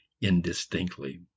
indistinctly